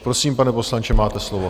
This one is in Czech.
Prosím, pane poslanče, máte slovo.